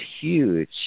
huge